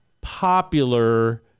popular